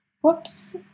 Whoops